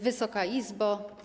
Wysoka Izbo!